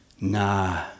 nah